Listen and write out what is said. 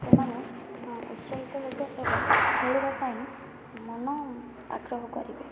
ସେମାନେ ଉତ୍ସାହିତ ହେବେ ଏବଂ ଖେଳିବା ପାଇଁ ମନ ଆଗ୍ରହ କରିବେ